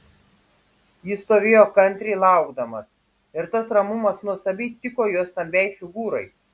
jis stovėjo kantriai laukdamas ir tas ramumas nuostabiai tiko jo stambiai figūrai